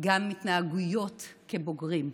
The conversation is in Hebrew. גם התנהגויות כבוגרים.